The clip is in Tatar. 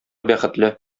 бәхетле